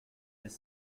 des